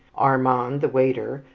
armand, the waiter,